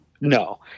no